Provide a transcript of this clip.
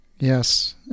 Yes